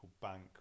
bank